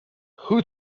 who